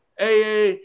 AA